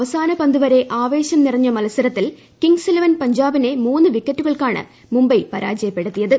അവസാന പന്തുവരെ ആവേശം നിറഞ്ഞ മത്സരത്തിൽ കിങ്സ് ഇലവൻ പഞ്ചാബിനെ മൂന്ന് വിക്കറ്റുകൾക്കാണ് മുംബൈ പരാജയപ്പെടുത്തിയത്